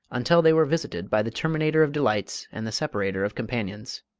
until they were visited by the terminator of delights and the separator of companions.